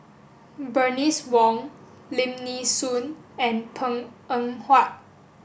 Bernice Wong Lim Nee Soon and Png Eng Huat